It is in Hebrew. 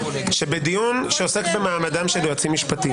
שבדיון שעוסק במעמדם של יועצים משפטיים,